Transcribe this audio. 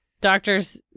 doctors